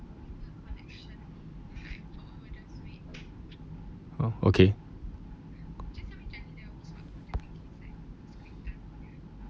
oh okay